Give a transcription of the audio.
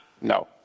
No